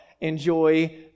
enjoy